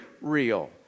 real